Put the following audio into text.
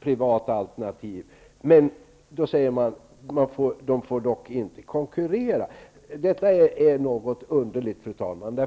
privata alternativ. Men så säger de: De privata alternativen får dock inte konkurrera. Detta är något underligt, fru talman.